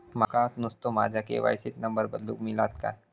माका नुस्तो माझ्या के.वाय.सी त नंबर बदलून मिलात काय?